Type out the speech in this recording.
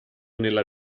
nella